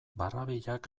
barrabilak